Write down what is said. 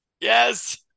Yes